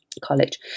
college